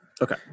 Okay